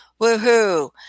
woohoo